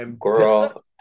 girl